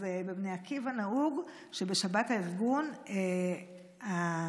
בבני עקיבא נהוג שבשבת הארגון השבט